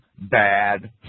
Bad